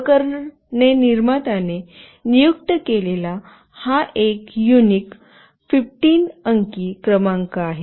उपकरणे निर्मात्याने नियुक्त केलेला हा एक युनिक 15 अंकी क्रमांक आहे